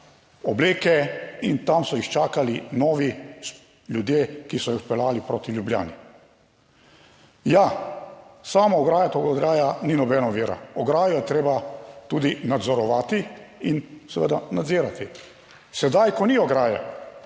obleke, in tam so jih čakali novi ljudje, ki so jih odpeljali proti Ljubljani. Ja, sama ograja, ta ograja ni nobena ovira, ograjo je treba tudi nadzorovati in seveda nadzirati. Sedaj, ko ni ograje,